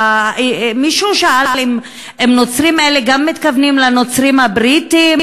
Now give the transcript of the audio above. מישהו שאל אם מתכוונים גם לנוצרים הבריטים,